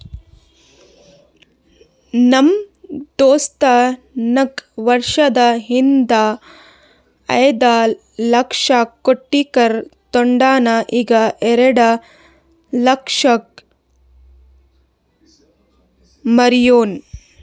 ನಮ್ ದೋಸ್ತ ನಾಕ್ ವರ್ಷದ ಹಿಂದ್ ಐಯ್ದ ಲಕ್ಷ ಕೊಟ್ಟಿ ಕಾರ್ ತೊಂಡಾನ ಈಗ ಎರೆಡ ಲಕ್ಷಕ್ ಮಾರ್ಯಾನ್